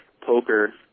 poker